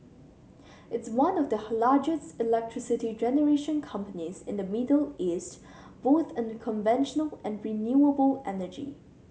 it's one of the largest electricity generation companies in the Middle East both in conventional and renewable energy